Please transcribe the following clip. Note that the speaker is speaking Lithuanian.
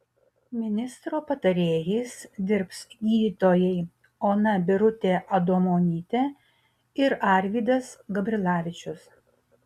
ministro patarėjais dirbs gydytojai ona birutė adomonytė ir arvydas gabrilavičius